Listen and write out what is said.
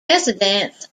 residents